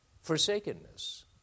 forsakenness